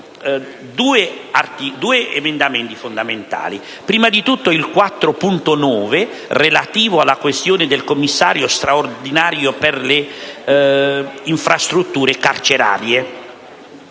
due emendamenti fondamentali: prima di tutto l'emendamento 4.9, relativo alla questione del Commissario straordinario per le infrastrutture carcerarie.